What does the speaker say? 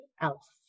else